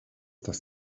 das